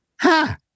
ha